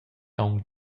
aunc